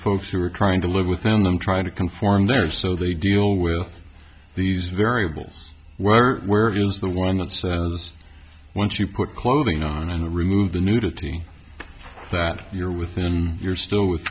folks who are trying to live within them try to conform there so they deal with these variables where where is the one not so i was once you put clothing on and remove the nudity that you're within you're still with